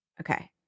Okay